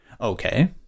Okay